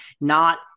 Not-